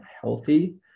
healthy